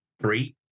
three